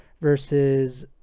versus